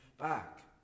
back